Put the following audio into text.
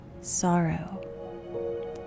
sorrow